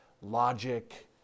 logic